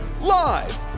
Live